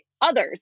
others